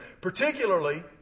particularly